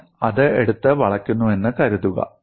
ഞാൻ അത് എടുത്ത് വളയ്ക്കുന്നുവെന്ന് കരുതുക